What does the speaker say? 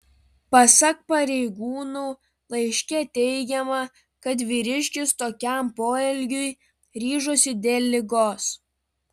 pasak pareigūnų laiške teigiama kad vyriškis tokiam poelgiui ryžosi dėl ligos